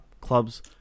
clubs